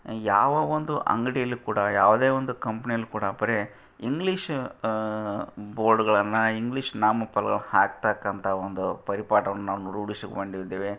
ಯಾವ ಒಂದು ಅಂಗಡಿಯಲ್ಲಿ ಕೂಡ ಯಾವುದೇ ಒಂದು ಕಂಪೆನಿಯಲ್ಲಿ ಕೂಡ ಬರೇ ಇಂಗ್ಲೀಷ್ ಬೋರ್ಡ್ಗಳನ್ನು ಇಂಗ್ಲೀಷ್ ನಾಮಫಲ ಹಾಕ್ತಕ್ಕಂಥ ಒಂದು ಪರಿಪಾಟನ್ನ ನಾವು ರೂಢಿಸಿಕೊಂಡಿದ್ದೇವೆ